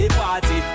party